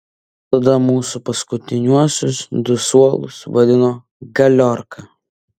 tada mūsų paskutiniuosius du suolus vadino galiorka